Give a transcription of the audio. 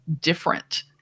different